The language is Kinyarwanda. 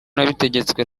nabitegetswe